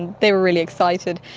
they were really excited.